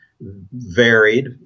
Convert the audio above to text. varied